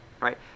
right